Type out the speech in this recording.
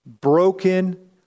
broken